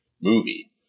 movie